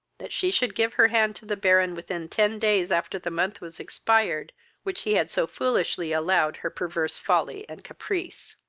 that she should give her hand to the baron within ten days after the month was expired which he had so foolishly allowed her perverse folly and caprice.